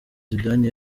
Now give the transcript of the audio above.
zidane